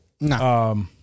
No